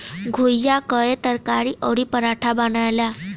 घुईया कअ तरकारी अउरी पराठा बनेला